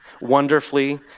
Wonderfully